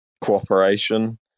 cooperation